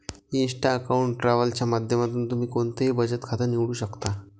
Insta account travel च्या माध्यमातून तुम्ही कोणतंही बचत खातं निवडू शकता